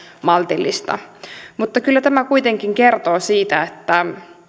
maltillista mutta kyllä tämä kuitenkin kertoo siitä että